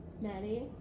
Maddie